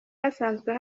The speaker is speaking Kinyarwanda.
hasanzwe